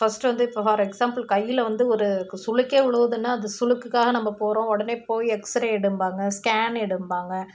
first வந்து இப்போது for example கையில் வந்து ஒரு சுளுக்கு உழுவுதுன்னா அது சுளுக்குக்காக நம்ம போகிறோம் உடனே போய் எக்ஸ்ரே எடும்பாங்க ஸ்கேன் எடும்பாங்க